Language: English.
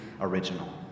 original